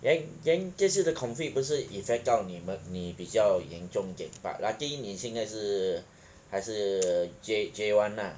then then 这次的 COVID 不是 affect 到你们你比较严重点 but lucky 你现在是还是 J J one lah